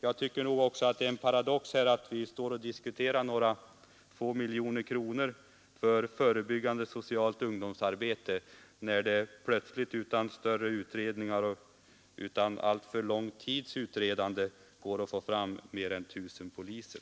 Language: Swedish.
Jag tycker nog också att det är en paradox att vi står och diskuterar några få miljoner kronor för förebyggande socialt ungdomsarbete när det plötsligt, utan större utredningar och utan alltför lång tids utredande, går att få fram pengar till mer än 1 000 poliser.